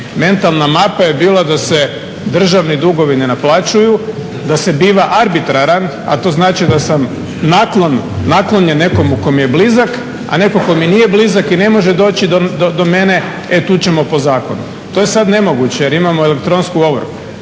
Mentalna mapa je bila da se državni dugovi ne naplaćuju, da se biva arbitraran, a to znači da sam naklon, naklonjen nekome ko mi je blizak, a neko ko mi nije blizak i ne može doći do mene, e tu ćemo po zakonu. To je sad nemoguće jer imamo elektronsku ovrhu.